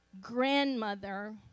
grandmother